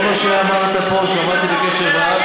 אם אתה רוצה להגיד, כל מה שאמרת פה שמעתי בקשב רב.